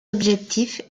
objectifs